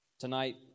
Tonight